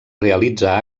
realitza